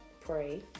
pray